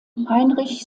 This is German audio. heinrich